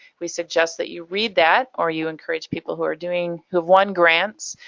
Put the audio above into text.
we suggest that you read that or you encourage people who are doing, who've won grants,